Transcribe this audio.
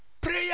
Prayer